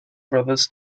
brothers